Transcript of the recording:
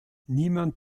niemand